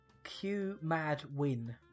Q-Mad-Win